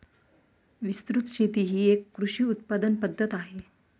विस्तृत शेती ही एक कृषी उत्पादन पद्धत आहे